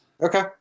Okay